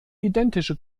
identische